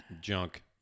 junk